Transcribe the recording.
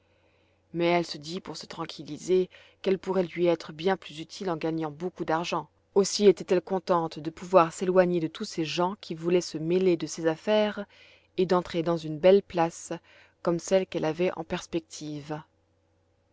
mais elle se dit pour se tranquilliser qu'elle pourrait lui être bien plus utile en gagnant beaucoup d'argent aussi était-elle contente de pouvoir s'éloigner de tous ces gens qui voulaient se mêler de ses affaires et d'entrer dans une belle place comme celle qu'elle avait en perspective